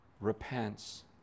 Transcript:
repents